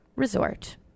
Resort